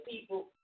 people